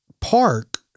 park